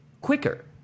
quicker